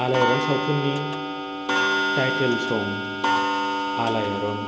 आलायारन सावथुननि टाइटेल सं आलायारन